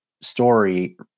story